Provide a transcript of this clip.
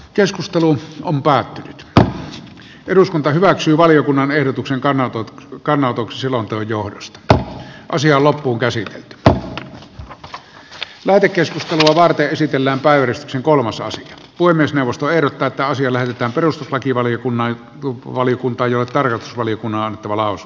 keskustelu on päättynyt ja eduskunta hyväksyy valiokunnan ehdotuksen kannanotot kannanotoksi lonka johdosta tätä asiaa loppuunkäsitelty puu on tuote keskusteltava arte esitellään väyryset ja kolmasosa voi myös neuvostoehdokkaita on siellä sitten perustuslakivaliokunnan koko valiokunta jotaarrosvaliokunnan pyritään